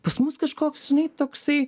pas mus kažkoks žinai toksai